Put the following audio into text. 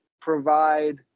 provide